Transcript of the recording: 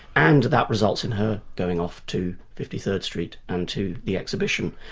and that results in her going off to fifty third street and to the exhibition.